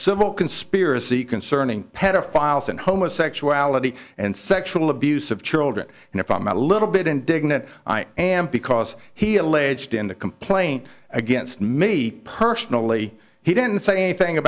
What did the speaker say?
civil conspiracy concerning pedophiles and homosexuality and sexual abuse of children and if i'm not a little bit indignant i am because he alleged in the complaint against me personally he didn't say anything